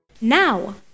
Now